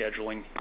scheduling